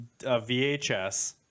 VHS